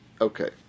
Okay